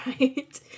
Right